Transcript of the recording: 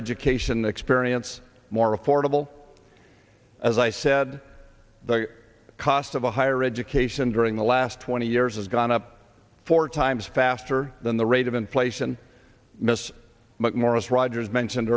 education experience more affordable as i said the cost of a higher education during the last twenty years has gone up four times faster than the rate of inflation miss mcmorris rodgers mentioned